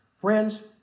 friends